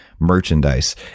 merchandise